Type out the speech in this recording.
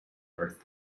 earth